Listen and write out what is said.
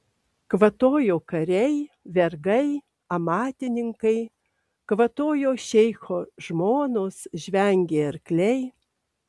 kvatojo kariai vergai amatininkai kvatojo šeicho žmonos žvengė arkliai